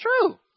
true